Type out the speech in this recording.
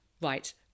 right